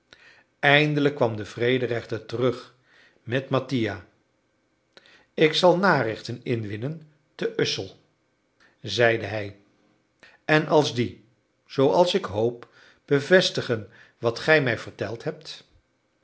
eindelijk kwam de vrederechter terug met mattia ik zal narichten inwinnen te ussel zeide hij en als die zooals ik hoop bevestigen wat gij mij verteld hebt